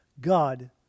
God